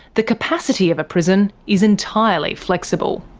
the capacity of a prison is entirely flexible.